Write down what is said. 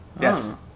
yes